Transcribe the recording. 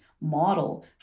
model